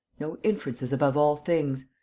no inferences, above all things!